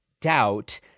doubt